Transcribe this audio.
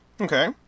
Okay